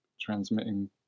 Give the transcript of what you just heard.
transmitting